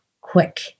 quick